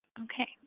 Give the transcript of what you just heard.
okay,